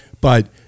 but-